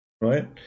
right